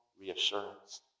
reassurance